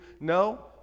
no